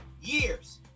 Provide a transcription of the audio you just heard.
years